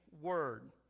word